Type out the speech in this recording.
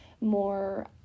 more